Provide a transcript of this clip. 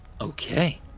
Okay